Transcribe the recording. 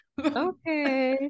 okay